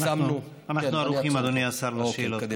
יישמנו, אנחנו ערוכים, אדוני השר, לשאלות.